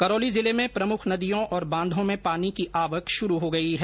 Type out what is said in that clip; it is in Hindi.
करौली जिले में प्रमुख नदियों और बांधों में पानी की आवक शुरू हो गई है